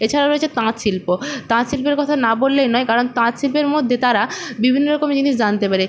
এছাড়াও রয়েছে তাঁত শিল্প তাঁত শিল্পের কথা না বললেই নয় কারণ তাঁত শিল্পের মধ্যে তারা বিভিন্ন রকম জিনিস জানতে পারে